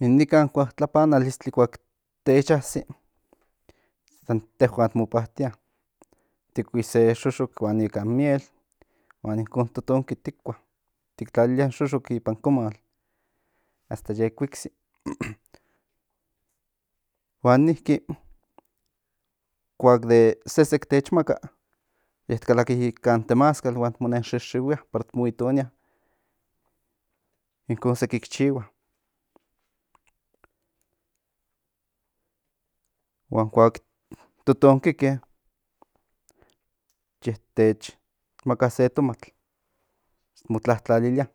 In nikan kuatlapanalistli kuak tech así san tehuan ti mopatía tikui se xoxok huan ikan in miel huan inkon totonkin tikua tik tlalia in xoxok ipan komal hasta yekhuiksi huan niki kuak de sesek tech maka yet kalaki kan temazcal huan ye ti mo xixiuia para ti mo itonia incon seki ki chihua huan kuak totonkike ye tech maka se tomatl mo tlatlalilia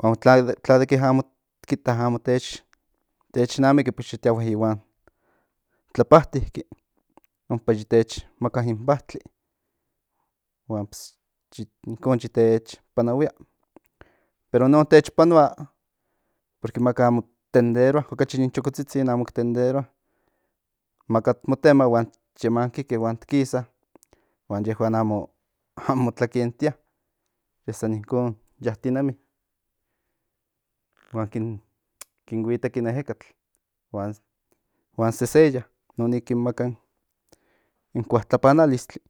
huan tla de ke amo ti kita tech namiki pues yo tiahue ihuan tlapatiki ompa yo tech maka in patli huan inkon yi tech panahuia pero inon tech panoa porque amot tenderoa okachi in chokotzitzin amok tenderoa maka ti motema huan ti yemankike huan ti kisa huan in yehuan amo mo tlakentia ye san incon yatinemi huan kin huiteki in ejekatl huan seseya inonik kin maka in kuatlapanalistli